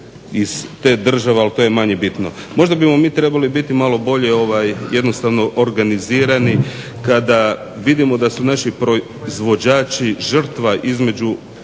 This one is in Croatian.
iz te države ali to je manje bitno. Možda bimo mi trebali biti malo bolje jednostavno organizirani kada vidimo da su naši proizvođači žrtva između